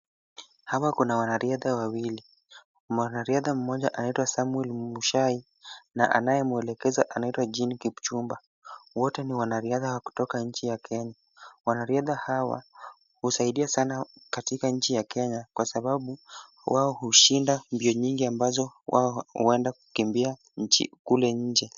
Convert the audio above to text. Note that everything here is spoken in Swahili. Hapa kuna wanariadha wawili. Mwanariadha mmoja anaitwa Samwel Muchai na anaye mwelekeza anaitwa Jin Kipchumba. Wote ni wanariadha wa kutoka nchi ya Kenya. Wanariadha hawa husaidia sana katika nchi ya Kenya kwa sababu wao hushinda mbio nyingi ambazo wao huenda kukimbia kule nje.